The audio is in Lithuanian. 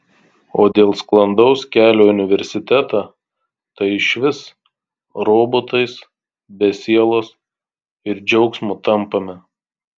o dėl sklandaus kelio į universitetą tai išvis robotais be sielos ir džiaugsmo tampame